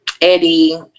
eddie